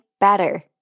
better